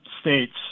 states